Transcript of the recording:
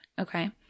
okay